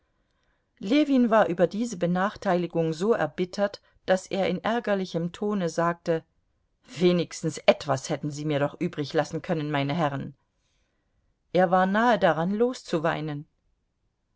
ljewin war über diese benachteiligung so erbittert daß er in ärgerlichem tone sagte wenigstens etwas hätten sie mir doch übrig lassen können meine herren er war nahe daran loszuweinen